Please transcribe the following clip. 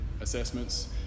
assessments